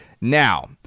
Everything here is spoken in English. Now